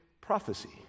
prophecy